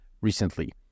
recently